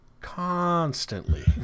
constantly